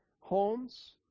homes